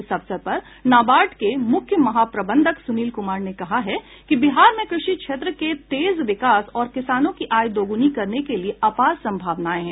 इस अवसर पर नाबार्ड के मुख्य महाप्रबंधक सुनील कुमार ने कहा है कि बिहार में कृषि क्षेत्र के तेज विकास और किसानों की आय दोगुनी करने के लिए अपार संभावनाएं हैं